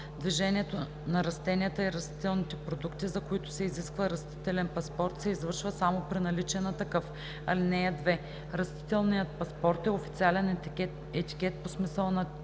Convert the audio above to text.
Движението на растения и растителни продукти, за които се изисква растителен паспорт, се извършва само при наличие на такъв. (2) Растителният паспорт е официален етикет по смисъла на чл.